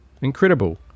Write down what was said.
Incredible